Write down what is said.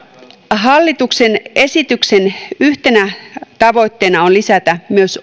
hallituksen esityksen yhtenä tavoitteena on lisätä myös